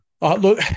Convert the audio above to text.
Look